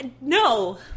no